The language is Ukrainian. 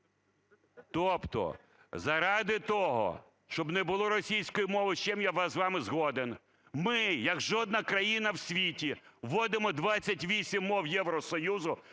Тобто заради того, щоб не було російської мови, з чим я з вами згоден, ми, як жодна країна в світі, вводимо 28 мов Євросоюзу,